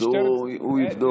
הוא יבדוק את,